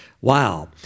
Wow